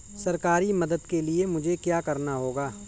सरकारी मदद के लिए मुझे क्या करना होगा?